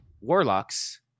Warlocks